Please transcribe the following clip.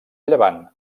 llevant